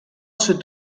sud